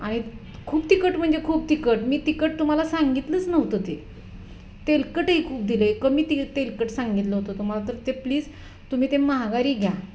आणि खूप तिखट म्हणजे खूप तिखट मी तिखट तुम्हाला सांगितलंच नव्हतं ते तेलकटही खूप दिलं आहे कमी ति तेलकट सांगितलं होतं तुम्हाला तर ते प्लीज तुम्ही ते माघारी घ्या